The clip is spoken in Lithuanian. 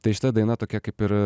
tai šita daina tokia kaip ir